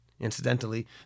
Incidentally